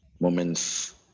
moments